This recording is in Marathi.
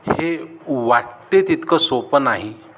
हे वाटते तितकं सोपं नाही